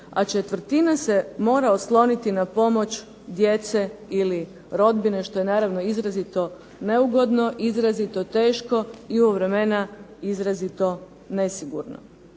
a četvrtina se mora osloniti na pomoć djece ili rodbine, što je naravno izrazito neugodno, izrazito teško i u ova vremena izrazito nesigurno,